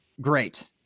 great